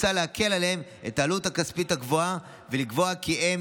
מוצע להקל עליהם את העלות הכספית הגבוהה ולקבוע כי הם